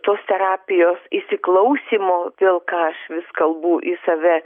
tos terapijos įsiklausymo vėl ką aš vis kalbu į save